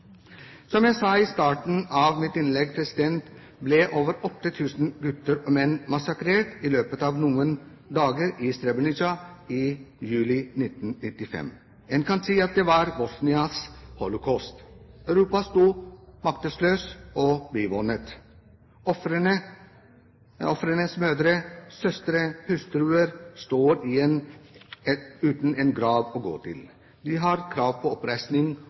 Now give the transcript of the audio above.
Som jeg sa i starten av mitt innlegg: Over 8 000 gutter og menn ble massakrert i løpet av noen dager i Srebenica i juli 1995. En kan si at det var Bosnias holocaust. Europa sto maktesløs og bivånet. Ofrenes mødre, søstre og hustruer står igjen uten en grav å gå til. De har krav på oppreisning,